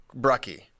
Brucky